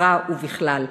בחברה ובכלל.